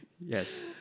Yes